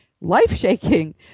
life-shaking